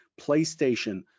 PlayStation